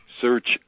search